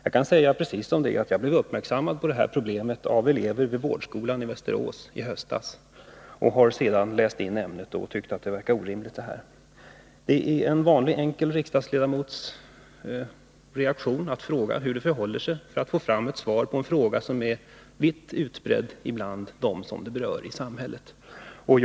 Jag kan säga precis som det är att jag blev uppmärksammad på detta problem av elever vid vårdskolan i Västerås i höstas. Jag har sedan läst in ämnet och tyckt att det hela verkar orimligt. Det är en vanlig enkel riksdagsledamots reaktion att fråga hur det förhåller sig och att få svar på en fråga som i hög grad intresserar dem i samhället som berörs.